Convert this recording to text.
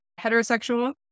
heterosexual